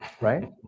Right